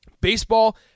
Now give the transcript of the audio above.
Baseball